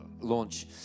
launch